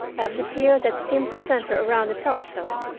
of the fear that seemed to center around the telephone,